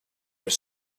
are